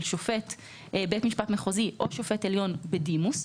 של שופט בית משפט מחוזי או שופט עליון בדימוס,